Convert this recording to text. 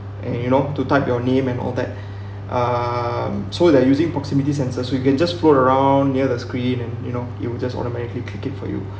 and you know to tap your name and all that um so they're using proximity sensors so you can just float around near the screen and you know you will just automatically click it for you